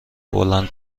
بلند